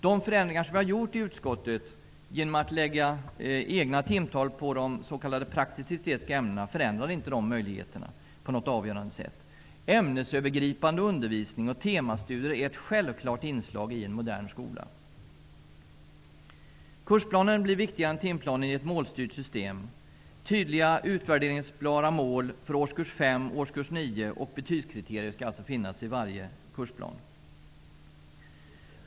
De förändringar som vi har gjort i utskottet genom att lägga egna timtal på de s.k. praktisk-estetiska ämnena förändrar inte de möjligheterna på något avgörande sätt. Ämnesövergripande undervisning och temastudier är ett självklart inslag i en modern skola. Kursplanen blir viktigare än timplanen i ett målstyrt system. Tydliga, utvärderingsbara mål för årskurs 5 och årskurs 9 samt betygskriterier skall alltså finnas i varje kursplan.